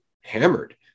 hammered